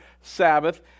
Sabbath